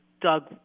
Doug